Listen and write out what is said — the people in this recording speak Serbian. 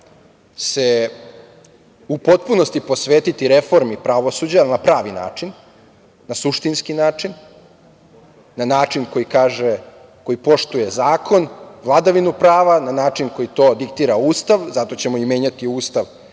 se u potpunosti posvetiti reformi pravosuđa na pravi način, na suštinski način, na način koji poštuje zakon, vladinu prava, na način koji to diktira Ustav. Zato ćemo i menjati Ustav,